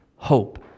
Hope